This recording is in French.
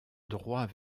droit